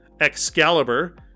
Excalibur